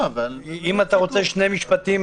אם אתה רוצה שני משפטים,